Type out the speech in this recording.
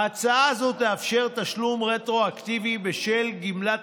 ההצעה הזאת תאפשר תשלום רטרואקטיבי של גמלת